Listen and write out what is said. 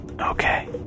Okay